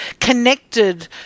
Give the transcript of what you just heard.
connected